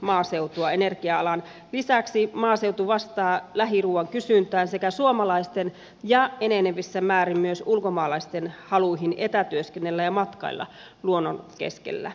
energia alan lisäksi maaseutu vastaa lähiruuan kysyntään sekä suomalaisten ja enenevässä määrin myös ulkomaalaisten haluun etätyöskennellä ja matkailla luonnon keskellä